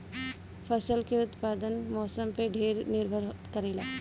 फसल के उत्पादन मौसम पे ढेर निर्भर करेला